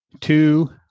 two